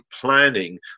planning